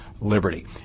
liberty